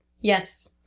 Yes